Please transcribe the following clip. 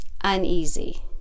uneasy